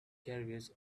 carriage